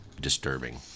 disturbing